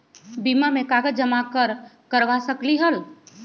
बीमा में कागज जमाकर करवा सकलीहल?